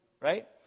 right